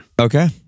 Okay